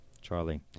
Charlie